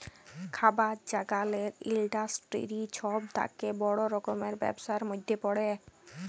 খাবার জাগালের ইলডাসটিরি ছব থ্যাকে বড় রকমের ব্যবসার ম্যধে পড়ে